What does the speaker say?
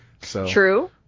true